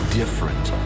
different